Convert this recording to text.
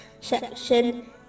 section